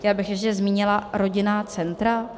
Já bych ještě zmínila rodinná centra.